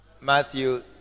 Matthew